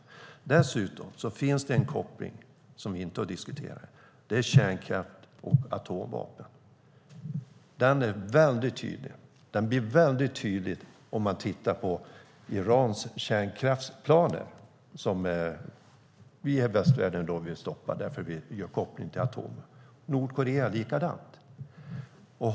Det finns dessutom ytterligare en koppling, som vi inte har diskuterat, nämligen kärnkraft och atomvapen. Den är mycket tydlig. Den blir särskilt tydlig när vi tittar på Irans kärnkraftsplaner, som vi i västvärlden vill stoppa eftersom vi gör kopplingen till atomvapen. Detsamma gäller Nordkorea.